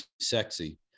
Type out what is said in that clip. sexy